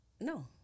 No